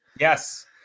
yes